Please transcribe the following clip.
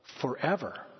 forever